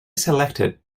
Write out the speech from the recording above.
selected